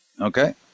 Okay